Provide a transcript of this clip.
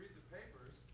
papers.